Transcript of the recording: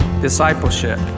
Discipleship